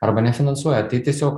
arba nefinansuoja tai tiesiog